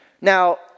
Now